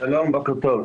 בוקר טוב.